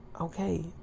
okay